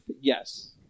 yes